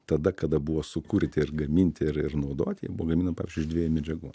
tada kada buvo sukurti ir gaminti ir ir naudoti gaminam pavyzdžiui iš dviejų medžiagų